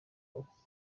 uku